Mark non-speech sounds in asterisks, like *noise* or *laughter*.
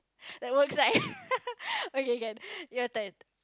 that works right *laughs* okay can your turn